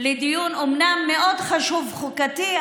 הוא אומנם דיון מאוד חשוב חוקתית,